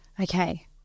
Okay